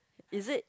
is it